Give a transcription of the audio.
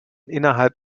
innerhalb